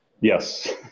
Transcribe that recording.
Yes